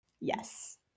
Yes